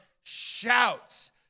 shouts